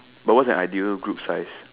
but what is an ideal group size